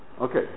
okay